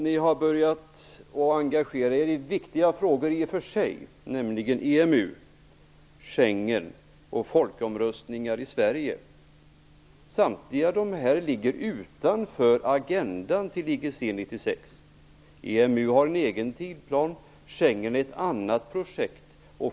Ni har börjat engagera er i frågor som i och för sig är viktiga, nämligen EMU, Schengen och folkomröstningar i Sverige. Samtliga dessa frågor ligger utanför agendan till IGC 96. EMU har en egen tidplan. Schengen är ett annat projekt.